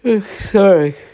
Sorry